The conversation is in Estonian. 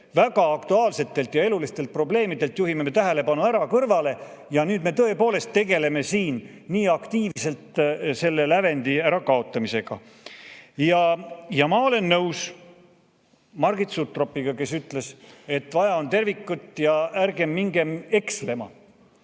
väga aktuaalsetelt ja elulistel probleemidelt juhime me tähelepanu kõrvale ja nüüd me tõepoolest tegeleme siin aktiivselt selle lävendi ärakaotamisega. Ma olen nõus Margit Sutropiga, kes ütles, et vaja on tervikut ja ärgem mingem ekslema.